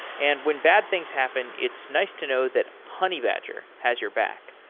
and when bad things happen, it's nice to know that honeybadger has your back.